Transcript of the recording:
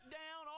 down